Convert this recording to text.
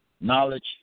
Knowledge